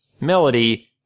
melody